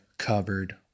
covered